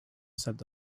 said